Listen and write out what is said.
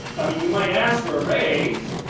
i mean you might ask for a raise,